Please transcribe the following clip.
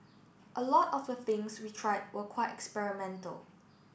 a lot of the things we tried were quite experimental